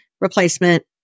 replacement